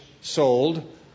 sold